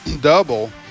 double